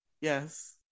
Yes